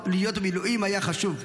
להיות במילואים היה חשוב,